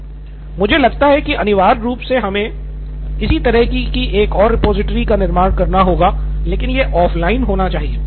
नितिन कुरियन मुझे लगता है कि अनिवार्य रूप से हमें इसी तरह की एक और रिपॉजिटरी का निर्माण करना होगा लेकिन यह ऑफ़लाइन होना चाहिए